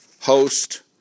host